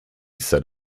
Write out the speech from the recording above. said